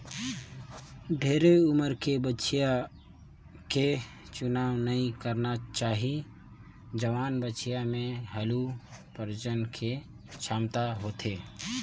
ढेरे उमर के बछिया के चुनाव नइ करना चाही, जवान बछिया में हालु प्रजनन के छमता होथे